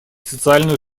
социальную